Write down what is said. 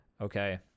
okay